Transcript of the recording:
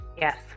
yes